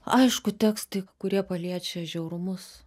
aišku tekstai kurie paliečia žiaurumus